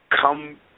come